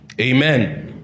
Amen